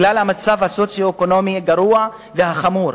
בגלל המצב הסוציו-אקונומי הגרוע והחמור.